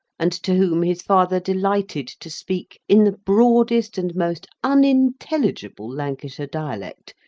and to whom his father delighted to speak in the broadest and most unintelligible lancashire dialect,